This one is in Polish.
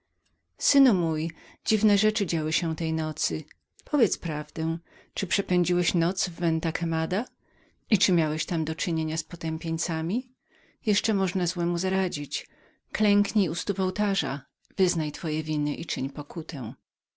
synu mój dziwne rzeczy działy się tej nocy powiedz prawdę czy przepędziłeś noc w venta quemada i czy miałeś tam do czynienia z potępieńcami jeszcze można złemu zaradzić klęknij u stóp ołtarza wyznaj twoje winy i czyń pokutę